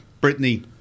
Brittany